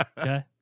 Okay